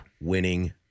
winning